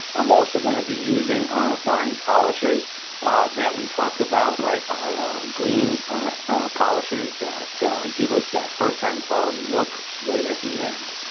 i'm also gonna be using our fine polishers that we talked about, right? our green polishers that give us that first time quality look right at the end.